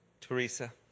Teresa